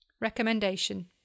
Recommendation